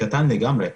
קטן לגמרי.